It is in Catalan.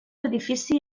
edifici